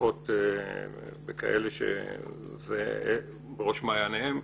לפחות אלה שזה בראש מעייניהם,